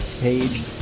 page